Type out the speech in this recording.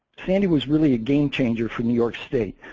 sandy was really a game changer for new york state.